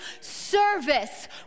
service